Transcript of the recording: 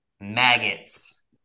maggots